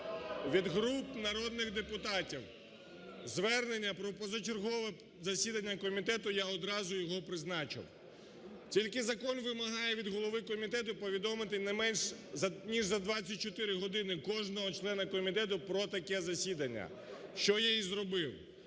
від груп народних депутатів звернення про позачергове засідання комітету, я одразу його призначив. Тільки закон вимагає від голови комітету повідомити не менш ніж за 24 години кожного члена комітету про таке засідання, що я і зробив.